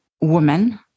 woman